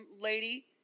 lady